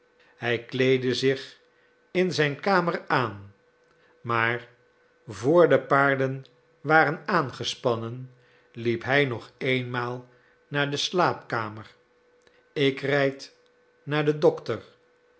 hij kleedde zich in zijn kamer aan maar vr de paarden waren aangespannen liep hij nog eenmaal naar de slaapkamer ik rijd naar den dokter